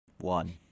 One